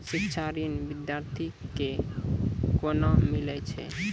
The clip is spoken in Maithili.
शिक्षा ऋण बिद्यार्थी के कोना मिलै छै?